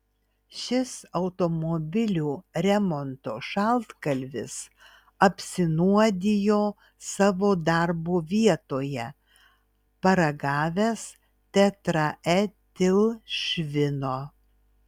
šis automobilių remonto šaltkalvis apsinuodijo savo darbo vietoje paragavęs tetraetilšvino